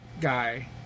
guy